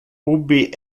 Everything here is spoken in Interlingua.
ubi